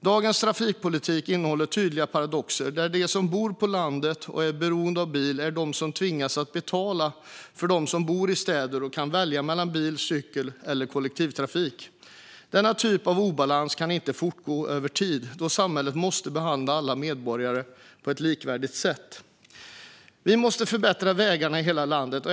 Dagens trafikpolitik innehåller tydliga paradoxer där de som bor landet och är beroende av bil är de som tvingas att betala för dem som bor i städerna och kan välja mellan bil, cykel och kollektivtrafik. Denna typ av obalans kan inte fortgå över tid då samhället måste behandla alla medborgare på ett likvärdigt sätt. Vi måste förbättra vägarna i hela landet.